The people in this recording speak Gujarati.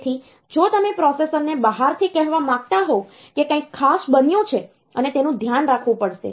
તેથી જો તમે પ્રોસેસરને બહારથી કહેવા માંગતા હોવ કે કંઈક ખાસ બન્યું છે અને તેનું ધ્યાન રાખવું પડશે